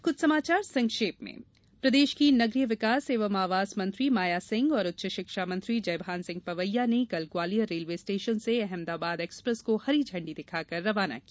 अब कुछ समाचार संक्षेप में प्रदेश की नगरीय विकास एवं आवास मंत्री माया सिंह और उच्च शिक्षा मंत्री जयभान सिंह पवैया ने कल ग्वालियर रेलवे स्टेशन से अहमदाबाद एक्सप्रेस को हरी झंडी दिखाकर रवाना किया